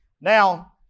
Now